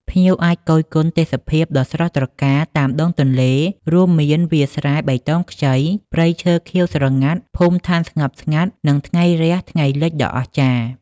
ភ្ញៀវអាចគយគន់ទេសភាពដ៏ស្រស់ត្រកាលតាមដងទន្លេ រួមមានវាលស្រែបៃតងខ្ចី ព្រៃឈើខៀវស្រងាត់ ភូមិដ្ឋានស្ងប់ស្ងាត់ និងថ្ងៃរះ-ថ្ងៃលិចដ៏អស្ចារ្យ។